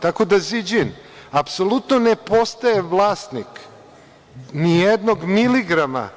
Tako da „Ziđin“ apsolutno ne postaje vlasnik ni jednog miligrama